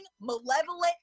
malevolent